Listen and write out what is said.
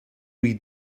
read